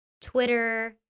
Twitter